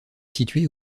située